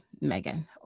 Megan